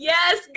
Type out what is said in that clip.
Yes